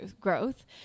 growth